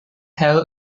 hell